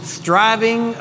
Striving